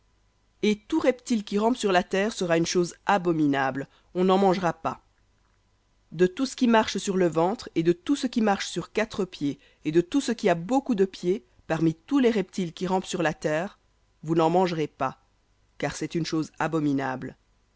et tout reptile qui rampe sur la terre sera une chose abominable on n'en mangera pas de tout ce qui marche sur le ventre et de tout ce qui marche sur quatre et de tout ce qui a beaucoup de pieds parmi tous les reptiles qui rampent sur la terre vous n'en mangerez pas car c'est une chose abominable